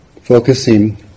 focusing